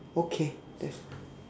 okay that's